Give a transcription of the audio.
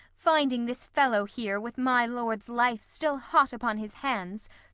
finding this fellow here, with my lord's life still hot upon his hands,